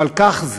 אבל כך זה.